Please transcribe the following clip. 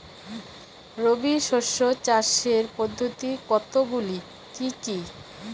রবি শস্য চাষের পদ্ধতি কতগুলি কি কি?